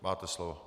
Máte slovo.